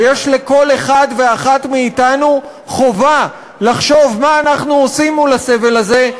ויש לכל אחד ואחת מאתנו חובה לחשוב מה אנחנו עושים מול הסבל הזה,